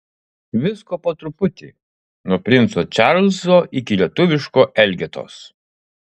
visko po truputį nuo princo čarlzo iki lietuviško elgetos